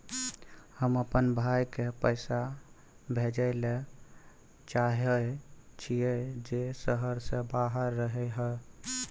हम अपन भाई के पैसा भेजय ले चाहय छियै जे शहर से बाहर रहय हय